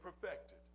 perfected